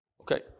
okay